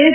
S